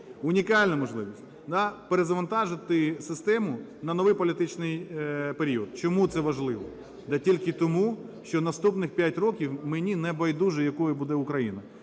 унікальна можливість перезавантажити систему на новий політичний період. Чому це важливо? Та тільки тому, що наступних 5 років мені не байдуже, якою буде Україна.